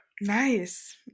Nice